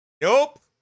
Nope